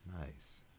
Nice